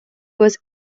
was